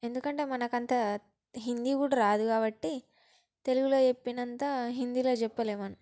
ఎందుకంటే మనకంత హిందీ కూడా రాదు కాబట్టి తెలుగులో చెప్పినంత హిందీలో చెప్పలేము